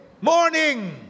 morning